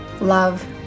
love